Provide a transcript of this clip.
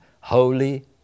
holy